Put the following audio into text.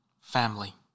family